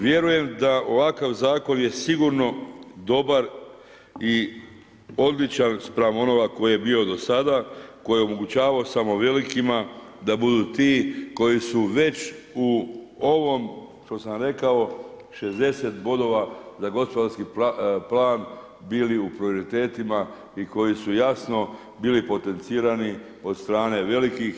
Vjerujem da ovakav zakon je sigurno dobar i odličan spram onoga koji je bio do sada, koji je omogućavao samo velikima da budu ti koji su već u ovom što sam rekao 60 bodova za gospodarski plan bili u prioritetima i koji su jasno bili potencirani od strane velikih.